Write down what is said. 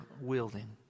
wielding